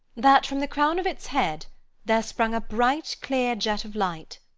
that from the crown of its head there sprung a bright clear jet of light,